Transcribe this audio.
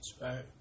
right